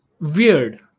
weird